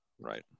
Right